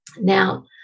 Now